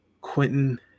Quentin